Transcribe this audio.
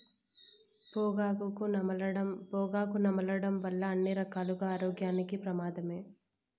పొగాకు నమలడం వల్ల అన్ని రకాలుగా ఆరోగ్యానికి పెమాదమే